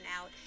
out